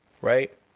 Right